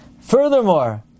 Furthermore